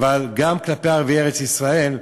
אבל גם כלפי ערביי ארץ-ישראל,